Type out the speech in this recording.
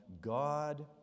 God